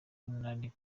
nari